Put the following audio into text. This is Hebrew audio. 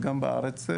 וגם בארץ,